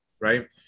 right